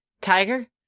tiger